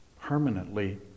Permanently